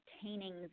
obtaining